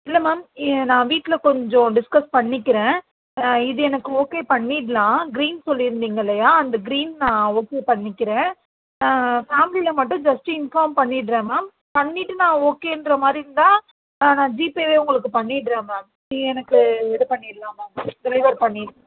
இல்லை மேம் நான் வீட்டில் கொஞ்சோம் டிஸ்கஸ் பண்ணிக்குறன் இது எனக்கு ஓகே பண்ணிட்லாம் க்ரீன் சொல்லியிருந்திங்கல்லையா அந்த க்ரீன் நான் ஓகே பண்ணிக்குறன் ஆ ஃபேமிலியில மட்டும் ஜஸ்ட் இன்ஃபார்ம் பண்ணிவிட்றன் மேம் பண்ணிவிட்டு நான் ஓகேன்ற மாதிரி இருந்தால் ஆ நான் ஜீபேவே உங்களுக்கு பண்ணிவிட்றன் மேம் எனக்கு இது பண்ணிடலாம் மேம் டெலிவர் பண்ணி